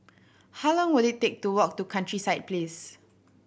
how long will it take to walk to Countryside Place